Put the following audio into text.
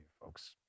folks